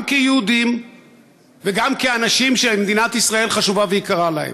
גם כיהודים וגם כאנשים שמדינת ישראל חשובה ויקרה להם.